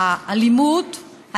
האלימות,